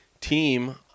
team